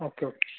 okay okay